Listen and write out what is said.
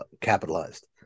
capitalized